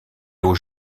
aux